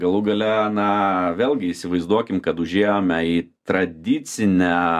galų gale na vėlgi įsivaizduokim kad užėjome į tradicinę